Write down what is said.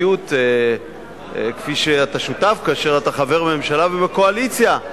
לאחריות כפי שאתה שותף כאשר אתה חבר בממשלה ובקואליציה.